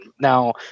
Now